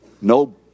No